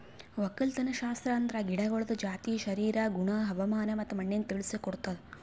ಒಕ್ಕಲತನಶಾಸ್ತ್ರ ಅಂದುರ್ ಗಿಡಗೊಳ್ದ ಜಾತಿ, ಶರೀರ, ಗುಣ, ಹವಾಮಾನ ಮತ್ತ ಮಣ್ಣಿನ ತಿಳುಸ್ ಕೊಡ್ತುದ್